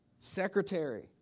Secretary